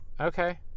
okay